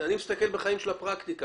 אני מסתכל על הפרקטיקה.